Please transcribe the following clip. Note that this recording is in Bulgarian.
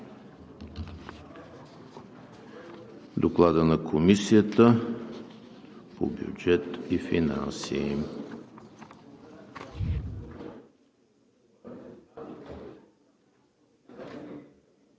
Доклада на Комисията по бюджет и финанси.